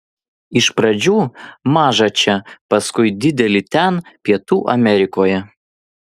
iš pradžių mažą čia paskui didelį ten pietų amerikoje